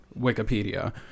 Wikipedia